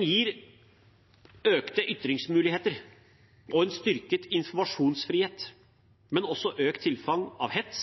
gir økte ytringsmuligheter og en styrket informasjonsfrihet, men også økt tilfang av hets,